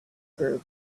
group